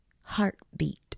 heartbeat